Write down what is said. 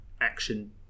Action